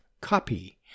copy